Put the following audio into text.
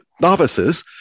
novices